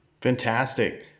Fantastic